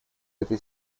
этой